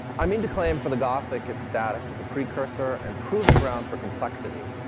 i mean to claim for the gothic its status as a precursor and proving ground for complexity,